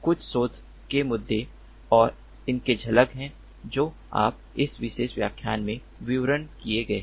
कुछ शोध के मुद्दे और उनके झलक हैं जो आप इस विशेष व्याख्यान में विवरण किए गए हैं